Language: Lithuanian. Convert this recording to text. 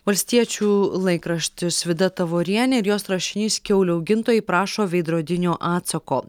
valstiečių laikraštis vida tavorienė ir jos rašinys kiaulių augintojai prašo veidrodinio atsako